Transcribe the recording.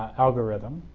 algorithm.